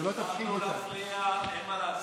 אנחנו נפריע, אין מה לעשות.